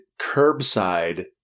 curbside